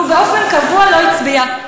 הוא באופן קבוע לא הצביע.